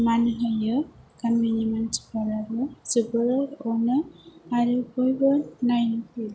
मान होयो गामिनि मानसिफोरानो जोबोर अनो आरो बयबो नायनो फैयो